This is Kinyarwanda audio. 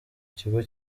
kigo